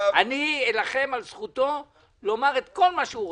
אני אלחם על זכותו לומר את כל מה שהוא רוצה.